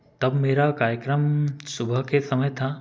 तब मेरा कार्यक्रम सुबह के समय था